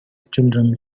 children